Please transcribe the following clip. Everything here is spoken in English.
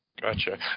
Gotcha